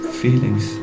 feelings